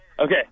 Okay